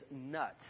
nuts